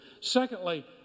Secondly